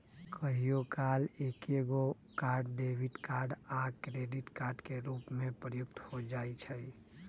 कहियो काल एकेगो कार्ड डेबिट कार्ड आ क्रेडिट कार्ड के रूप में प्रयुक्त हो जाइ छइ